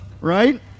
Right